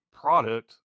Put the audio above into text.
product